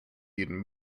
jedem